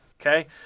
Okay